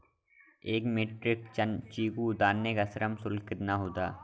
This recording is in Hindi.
एक मीट्रिक टन चीकू उतारने का श्रम शुल्क कितना होगा?